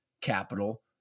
capital